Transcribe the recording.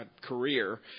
career